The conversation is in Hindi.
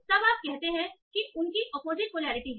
तब आप कहते हैं कि उनकी ऑपोजिट पोलैरिटी है